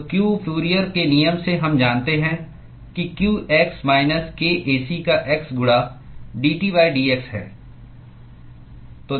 तो q Fourier के नियम से हम जानते हैं कि qx माइनस k Ac का x गुणा dT dx है